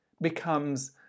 becomes